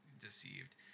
deceived